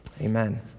Amen